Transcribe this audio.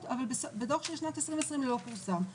אבל בדו"ח של שנת 2020 הוא לא פורסם.